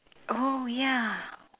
oh ya